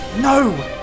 No